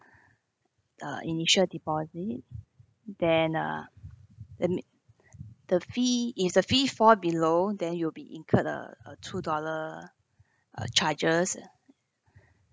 uh initial deposit then uh the fee is a fee fall below then you'll be incurred a a two dollar uh charges